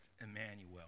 Emmanuel